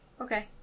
Okay